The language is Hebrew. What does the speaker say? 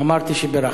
אמרתי שבירכתי.